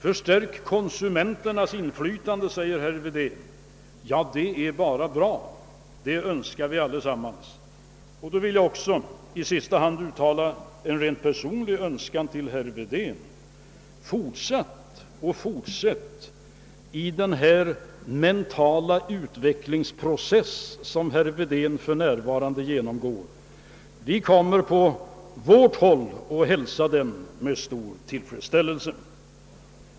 Förstärk konsumenternas inflytande, säger herr Wedén. Ja, det är bara bra. Det önskar vi allesammans. Jag vill uttala en rent personlig uppmaning till herr Wedén: Fortsätt den mentala utvecklingsprocess som Ni för närvarande genomgår! Vi på vårt håll hälsar den med stor tillfredsställelse.